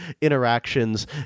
interactions